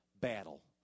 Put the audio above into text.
battle